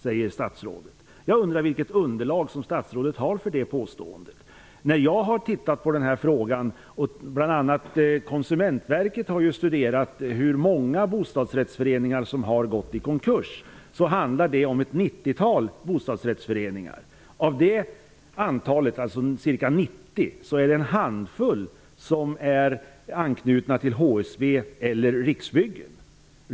Jag undrar vilket underlag statsrådet har för det påståendet. Konsumentverket har studerat hur många bostadsrättsföreningar som har gått i konkurs. Det handlar om ett nittiotal. Av dessa ca 90 bostadsrättsföreningar är det en handfull som är anknutna till HSB eller Riksbyggen.